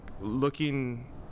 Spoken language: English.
looking